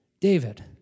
David